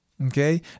Okay